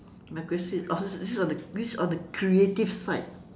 my question is oh this is on the this on the creative side